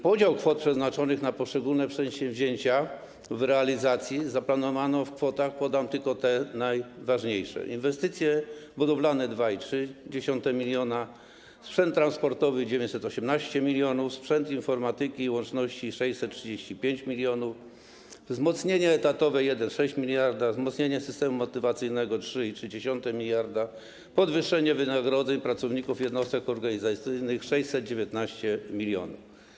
Podział kwot przeznaczonych na poszczególne przedsięwzięcia w realizacji zaplanowano następująco - podam tylko najważniejsze liczby: inwestycje budowlane - 2,3 mld, sprzęt transportowy - 918 mln, sprzęt informatyki i łączności - 635 mln, wzmocnienie etatowe - 1,6 mld, wzmocnienie systemu motywacyjnego - 3,3 mld, podwyższenie wynagrodzeń pracowników jednostek organizacyjnych - 619 mln.